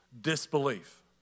disbelief